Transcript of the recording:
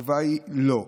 התשובה היא לא.